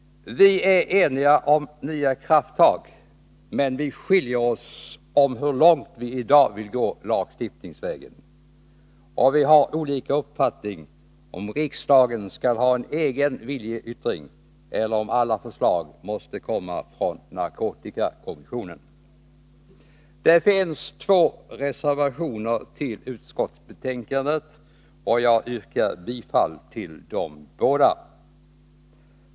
Vi är eniga om nya krafttag. Men vi skiljer oss i fråga om hur långt vi i dag vill gå lagstiftningsvägen. Och vi har olika uppfattning om riksdagen skall ha en egen viljeyttring eller om alla förslag måste komma från narkotikakommissionen. Det finns två reservationer till utskottsbetänkandet. Jag yrkar bifall till dem båda.